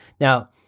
Now